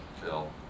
Phil